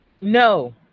No